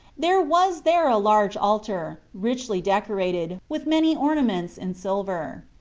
there was there a large altar, richly decorated, with many orna ments in silver.